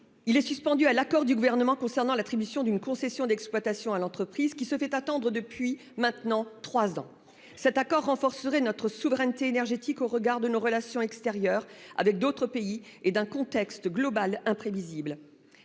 Il est suspendu à l'accord du gouvernement concernant l'attribution d'une concession d'exploitation à l'entreprise qui se fait attendre depuis maintenant 3 ans. Cet accord renforcerait notre souveraineté énergétique au regard de nos relations extérieures avec d'autres pays et d'un contexte global imprévisible.